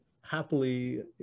happily